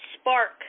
spark